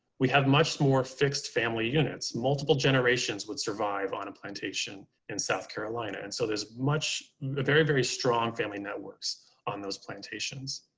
we have much more fixed family units. multiple generations would survive on a plantation in south carolina. and so there's much very, very strong family networks on those plantations.